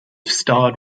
starred